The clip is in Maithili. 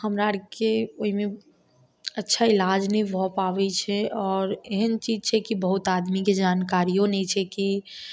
हमरा आरके ओहिमे अच्छा इलाज नहि भऽ पाबै छै आओर एहन चीज छै कि बहुत आदमी के जानकारियो नहि छै की